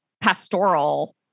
pastoral